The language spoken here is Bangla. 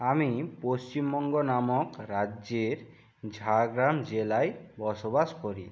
আমি পশ্চিমবঙ্গ নামক রাজ্যের ঝাড়গ্রাম জেলায় বসবাস করি